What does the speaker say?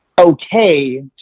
okay